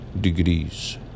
degrees